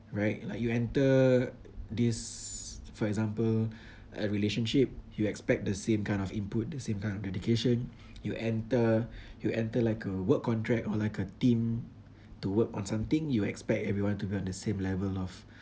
right like you enter this for example a relationship you expect the same kind of input the same kind of dedication you enter you enter like a work contract or like a team to work on something you expect everyone to be on the same level of